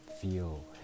feel